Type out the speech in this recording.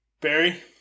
Barry